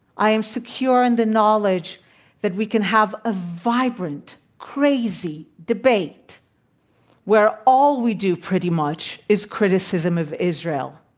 i am secure in the knowledge that we can have a vibrant, crazy debate where all we do pretty much is criticism of israel.